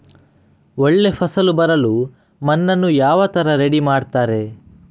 ಒಳ್ಳೆ ಫಸಲು ಬರಲು ಮಣ್ಣನ್ನು ಯಾವ ತರ ರೆಡಿ ಮಾಡ್ತಾರೆ?